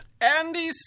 Andy